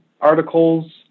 articles